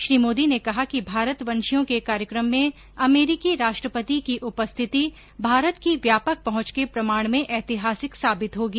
श्री मोदी ने कहा कि भारतवंशियों के कार्यक्रम में अमेरीकी राष्ट्रपति की उपस्थिति भारत की व्यापक पहुंच के प्रमाण में ऐतिहासिक साबित होगी